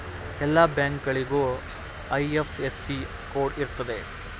ಎಲ್ಲ ಬ್ಯಾಂಕ್ಗಳಿಗೂ IFSC code ಇರ್ತದೆ